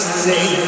say